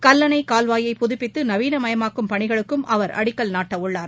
கல்லணைகால்வாயை புதுப்பித்துநவீனமயமாக்கும் பணிகளுக்கும் அவா அடிக்கல் நாட்டவுள்ளார்